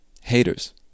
haters